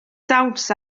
dawns